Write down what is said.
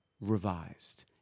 revised